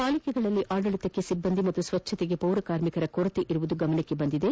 ಪಾಲಿಕೆಗಳಲ್ಲಿ ಆಡಳಿತಕ್ಕೆ ಸಿಬ್ಬಂದಿ ಮತ್ತು ಸ್ಲಚ್ಚತೆಗೆ ಪೌರ ಕಾರ್ಮಿಕರ ಕೊರತೆ ಇರುವುದು ಗಮನಕ್ಕೆ ಬಂದಿದೆ